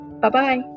Bye-bye